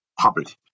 Public